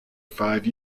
five